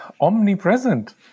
omnipresent